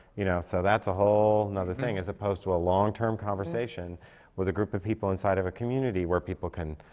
you know so that's a whole nother thing, as opposed to a long-term conversation with a group of people inside of a community, where people can